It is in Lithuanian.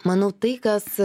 manau tai kas